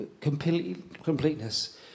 completeness